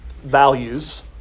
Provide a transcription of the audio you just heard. Values